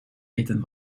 eten